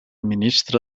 ministre